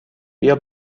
بیا